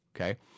okay